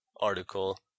article